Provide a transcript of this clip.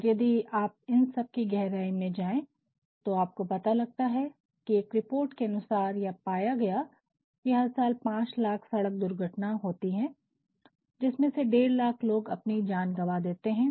और यदि आप इन सब की गहराई में जाएं तो आपको पता लगता है कि एक रिपोर्ट के अनुसार यह पाया गया कि हर साल पांच लाख सड़क दुर्घटना होती है जिसमें से डेढ़ लाख लोग अपनी जान गवा देते हैं